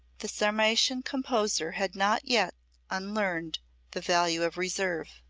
the sarmatian composer had not yet unlearned the value of reserve.